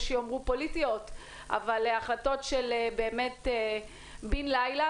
יש יאמרו פוליטיות אבל החלטות בין לילה,